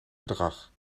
gedrag